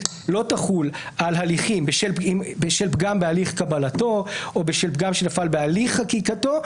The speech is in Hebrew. לא תחול על הליכים בשל פגם בהליך קבלתו או בשל פגם שנפל בהליך חקיקתו.